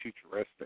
futuristic